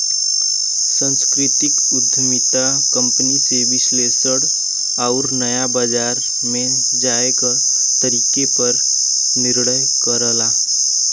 सांस्कृतिक उद्यमिता कंपनी के विश्लेषण आउर नया बाजार में जाये क तरीके पर निर्णय करला